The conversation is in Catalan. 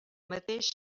mateix